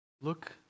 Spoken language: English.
look